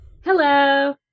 Hello